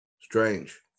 Strange